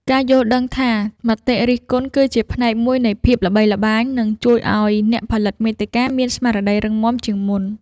ការយល់ដឹងថា មតិរិះគន់គឺជាផ្នែកមួយនៃភាពល្បីល្បាញ នឹងជួយឱ្យអ្នកផលិតមាតិកាមានស្មារតីរឹងមាំជាងមុន។